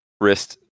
wrist